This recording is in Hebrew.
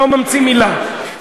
לא ממציא מילה,